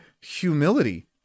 humility